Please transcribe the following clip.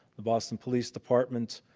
the boston police department